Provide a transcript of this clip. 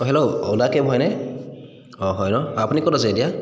অঁ হেল্ল' অ'লা কেব হয়নে অঁ হয় ন আপুনি ক'ত আছে এতিয়া